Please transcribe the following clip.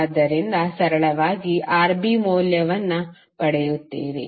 ಆದ್ದರಿಂದ ಸರಳವಾಗಿ Rb ಮೌಲ್ಯವನ್ನು ಪಡೆಯುತ್ತೀರಿ